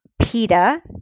PETA